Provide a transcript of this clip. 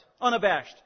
Unabashed